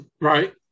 Right